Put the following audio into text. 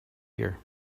here